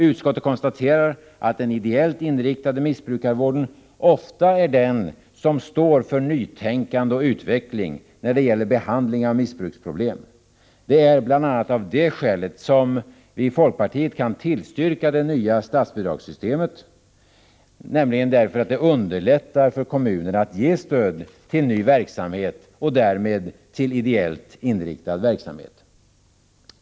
Utskottet konstaterar att den ideellt inriktade missbrukarvården ofta är den som står för nytänkande och utveckling när det gäller behandling av missbruksproblem. Det är bl.a. av det skälet som vi i folkpartiet kan tillstyrka det nya statsbidragssystemet — nämligen därför att det underlättar för kommunerna att ge stöd till ny verksamhet och därmed till ideellt inriktad verksamhet.